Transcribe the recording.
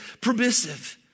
permissive